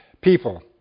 people